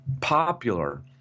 popular